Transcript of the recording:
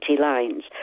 lines